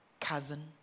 cousin